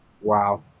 Wow